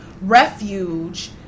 refuge